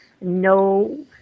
no